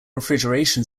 refrigeration